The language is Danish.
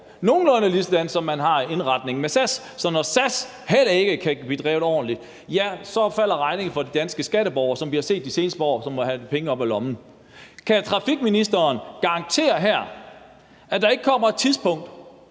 nogenlunde ligesådan, som man har indretningen med SAS. Så når SAS heller ikke kan blive drevet ordentligt, så falder regningen for de danske skatteborgere, som vi har set det i de seneste par år, og så må de have pengene op af lommen. Kan transportministeren her garantere, at der ikke kommer et tidspunkt,